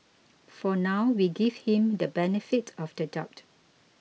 for now we give him the benefit of the doubt